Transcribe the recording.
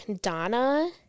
Donna